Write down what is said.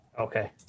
okay